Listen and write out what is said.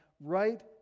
right